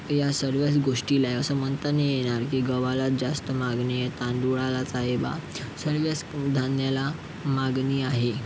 या सर्वच गोष्टीला आहे असं म्हणता नाही येणार की गव्हालाच जास्त मागणी आहे तांदूळालाच आहे बुवा सर्वच धान्याला मागणी आहे